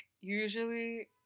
usually